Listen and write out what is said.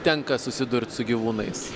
tenka susidurt su gyvūnais